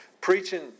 preaching